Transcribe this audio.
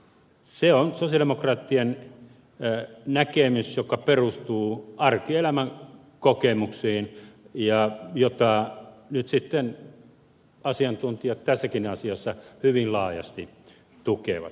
se on sosialidemokraattien näkemys joka perustuu arkielämän kokemuksiin ja jota nyt sitten asiantuntijat tässäkin asiassa hyvin laajasti tukevat